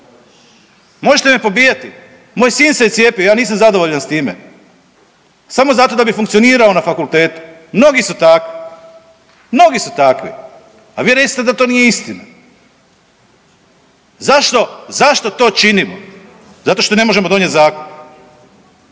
Možete me pobijati, moj sin se je cijepio, ja nisam zadovoljan s time samo zato da bi funkcionirao na fakultetu, mnogi su takvi. Mnogi su takvi, a vi recite da to nije istina. Zašto, zašto to činimo? Zato što ne možemo donijeti zakon.